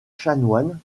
chanoine